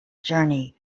journey